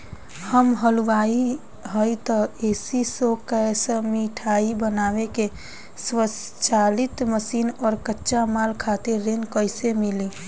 हम हलुवाई हईं त ए.सी शो कैशमिठाई बनावे के स्वचालित मशीन और कच्चा माल खातिर ऋण कइसे मिली?